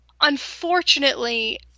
unfortunately